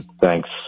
Thanks